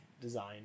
design